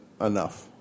enough